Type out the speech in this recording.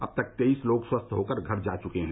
अब तक तेईस लोग स्वस्थ होकर घर जा चुके हैं